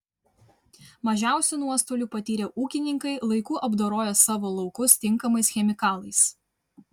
mažiausių nuostolių patyrė ūkininkai laiku apdoroję savo laukus tinkamais chemikalais